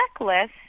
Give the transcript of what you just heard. checklist